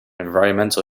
environmental